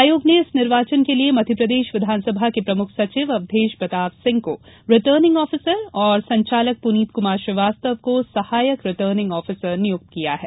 आयोग ने इस निर्वाचन के लिए मध्यप्रदेश विधानसभा के प्रमुख सचिव अवधेश प्रताप सिंह को रिटर्निंग ऑफीसर और संचालक पूनीत कुमार श्रीवास्तव को सहायक रिटर्निंग ऑफीसर नियुक्त किया है